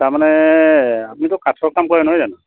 তাৰমানে আপুনিতো কাঠৰ কাম কৰে নহয় জানো